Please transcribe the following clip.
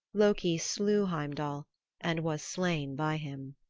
loki slew heimdall and was slain by him.